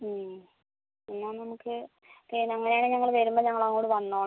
എന്നാൽ നമുക്ക് ഓക്കെ അങ്ങനെ ആണെങ്കിൽ ഞങ്ങൾ വരുമ്പോൾ ഞങ്ങൾ അങ്ങോട്ട് വന്നോളാം